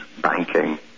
banking